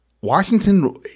Washington